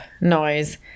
noise